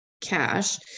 cash